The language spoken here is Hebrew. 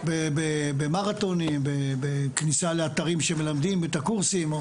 במרתונים, בכניסה לאתרים שמלמדים את הקורסים.